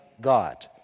God